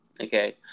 okay